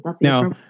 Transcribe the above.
Now